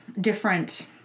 different